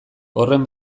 horren